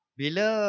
bila